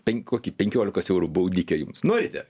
pen kokį penkiolikos eurų baudikę jums norite